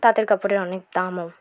তাঁতের কাপড়ের অনেক দামও